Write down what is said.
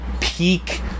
peak